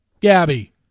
Gabby